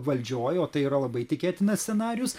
valdžioj o tai yra labai tikėtinas scenarijus